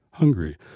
hungry